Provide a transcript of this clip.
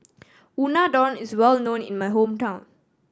unadon is well known in my hometown